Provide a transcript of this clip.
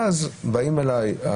ואז באים אליי,